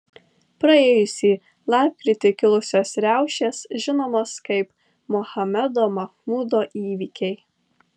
praėjusį lapkritį kilusios riaušės žinomos kaip mohamedo mahmudo įvykiai